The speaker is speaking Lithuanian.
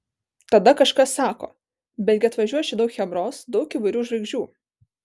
tada kažkas sako bet gi atvažiuos čia daug chebros daug įvairių žvaigždžių